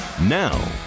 Now